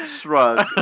shrug